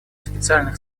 специальных